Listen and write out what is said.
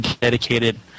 dedicated